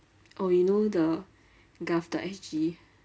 oh you know the GOV dot S_G